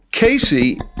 Casey